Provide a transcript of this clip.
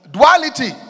Duality